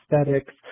aesthetics